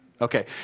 okay